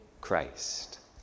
Christ